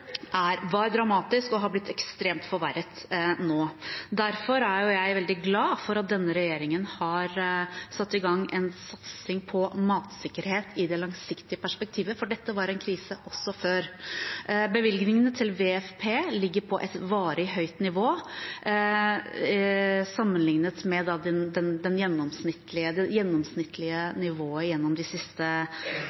blitt ekstremt forverret nå. Derfor er jeg veldig glad for at denne regjeringen har satt i gang en satsing på matsikkerhet i det langsiktige perspektivet, for dette var en krise også før. Bevilgningene til WFP ligger på et varig høyt nivå sammenlignet med det gjennomsnittlige nivået de siste årene, og WFP er en hovedkanal for innsatsen på matsikkerhetsfeltet på det